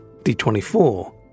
D24